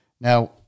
Now